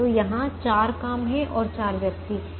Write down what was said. तो यहां चार काम और चार व्यक्ति हैं